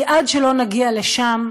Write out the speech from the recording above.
כי עד שלא נגיע לשם,